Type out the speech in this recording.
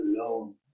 alone